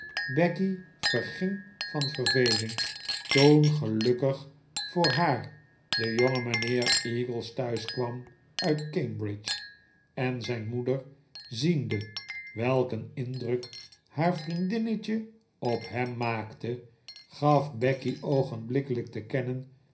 becky verging van verveling toen gelukkig voor haar de jonge mijnheer eagles thuis kwam uit cambridge en zijn moeder ziende welk een indruk haar vriendinnetje op hem maakte gaf becky oogenblikkelijk te kennen